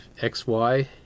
XY